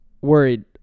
worried